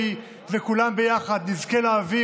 גם חבר הכנסת לוי וכולם ביחד נזכה להעביר